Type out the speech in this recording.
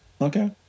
okay